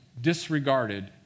disregarded